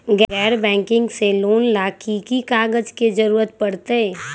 गैर बैंकिंग से लोन ला की की कागज के जरूरत पड़तै?